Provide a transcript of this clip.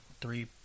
three